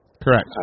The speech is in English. Correct